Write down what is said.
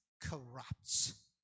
corrupts